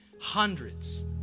hundreds